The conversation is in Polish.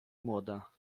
młoda